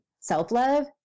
self-love